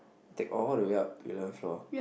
take all the way up to eleventh floor